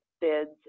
Bids